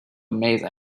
amazing